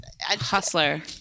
hustler